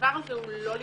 הדבר הזה לא לגיטימי,